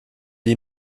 wie